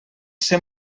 ser